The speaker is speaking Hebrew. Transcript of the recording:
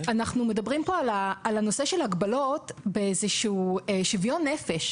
אנחנו מדברים פה על הנושא של הגבלות באיזשהו שוויון נפש.